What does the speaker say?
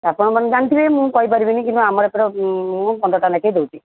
ଆପଣମାନେ ଜାଣିଥିବେ ମୁଁ କହିପାରିବିନି କିନ୍ତୁ ଆମ ଏପଟ ମୁଁ ପନ୍ଦରଟଙ୍କା ଲେଖାଏଁ ଦେଉଛି